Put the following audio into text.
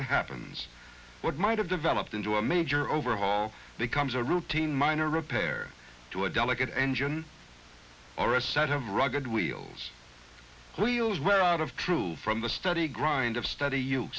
it happens what might have developed into a major overhaul becomes a routine minor repair to a delicate engine or a set of rugged wheels wheels where out of true from the study grind of study